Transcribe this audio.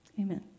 Amen